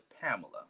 Pamela